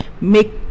make